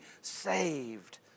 saved